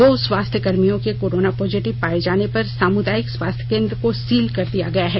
दो स्वास्थ कर्मियो के कोरोना पॉजिटिव पाये जाने पर सामुदायिक स्वास्थ केंद्र को सील कर दिया गया है